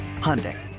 Hyundai